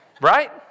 Right